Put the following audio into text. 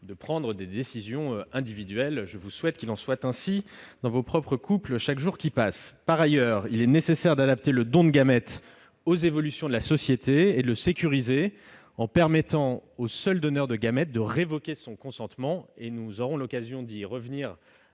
de prendre des décisions individuelles. Je vous souhaite d'ailleurs qu'il en soit ainsi dans vos couples respectifs ! C'est vraiment une remarque inutile ! Par ailleurs, il est nécessaire d'adapter le don de gamètes aux évolutions de la société et de le sécuriser en permettant au seul donneur de gamètes de révoquer son consentement. Nous aurons l'occasion d'y revenir